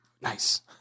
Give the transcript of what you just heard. Nice